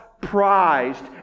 prized